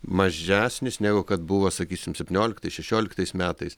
mažesnis negu kad buvo sakysim septynioliktais šešioliktais metais